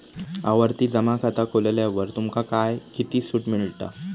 आवर्ती जमा खाता खोलल्यावर तुमका काय किती सूट मिळता?